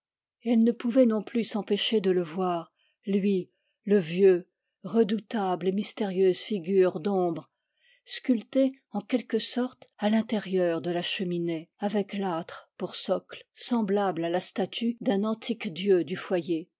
elle ne pouvait non plus s'empêcher de le voir lui le vieux redoutable et mystérieuse figure d'ombre sculptée en quelque sorte à l'intérieur de la cheminée avec l'âtre pour socle semblable à la statue d'un antique dieu du foyer